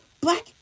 black